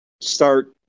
start